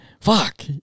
fuck